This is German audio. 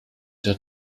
der